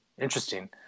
interesting